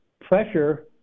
pressure